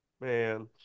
Man